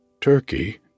Turkey